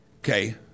Okay